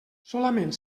solament